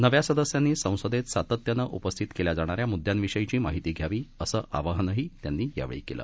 नव्या सदस्यांनी संसदेत सातत्यानं उपस्थित केल्या जाणाऱ्या मुद्यांविषयीची माहिती त्यांनी घ्यावी असं आवाहनही त्यांनी केल